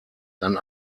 dann